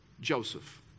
joseph